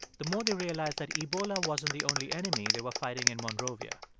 the more they realized that ebola wasn't the only enemy they were fighting in monrovia.